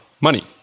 money